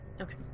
Okay